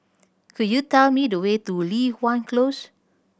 could you tell me the way to Li Hwan Close